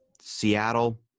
Seattle